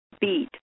beat